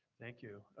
thank you.